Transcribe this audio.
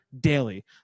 daily